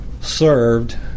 served